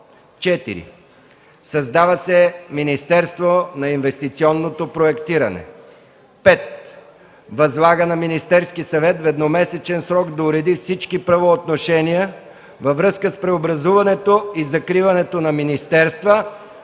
4. Създава се Министерство на инвестиционното проектиране. 5. Възлага на Министерския съвет в едномесечен срок да уреди всички правоотношения във връзка с преобразуването и закриването на министерства,